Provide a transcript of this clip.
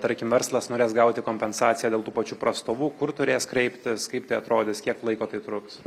tarkim verslas norės gauti kompensaciją dėl tų pačių prastovų kur turės kreiptis kaip tai atrodys kiek laiko tai truks